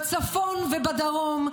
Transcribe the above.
אנחנו מצדיעים להם בצפון ובדרום,